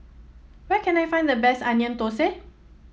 where can I find the best Onion Thosai